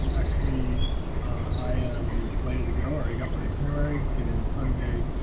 actually i am slated to go or you got my itinerary get in sunday